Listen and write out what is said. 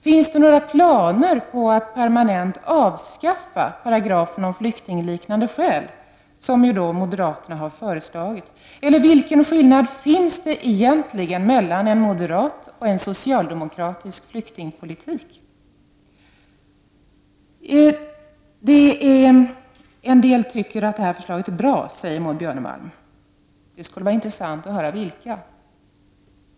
Finns det några planer på att helt avskaffa paragrafen om flyktingliknande skäl, sisom moderaterna har föreslagit? Vilken skillnad finns det egentligen mellan en moderat och en socialdemokratisk flyktingpolitik? En del tycker att det här förslaget är bra, säger Maud Björnemalm. Det skulle vara intressant att höra vilka.